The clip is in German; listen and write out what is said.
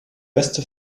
beste